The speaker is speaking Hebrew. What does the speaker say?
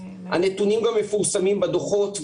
הנתונים גם מפורסמים בדוחות,